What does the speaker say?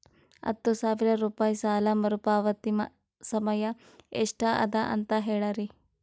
ಹತ್ತು ಸಾವಿರ ರೂಪಾಯಿ ಸಾಲ ಮರುಪಾವತಿ ಸಮಯ ಎಷ್ಟ ಅದ ಅಂತ ಹೇಳರಿ?